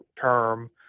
term